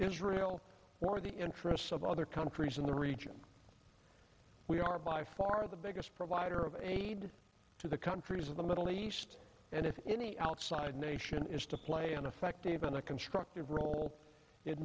israel or the interests of other countries in the region we are by far the biggest provider of aid to the countries of the middle east and if any outside nation is to play an effective and a constructive role it